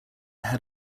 had